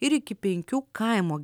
ir iki penkių kaimo